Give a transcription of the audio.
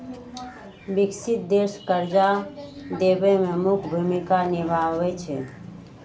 विकसित देश कर्जा देवे में मुख्य भूमिका निभाई छई